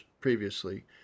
previously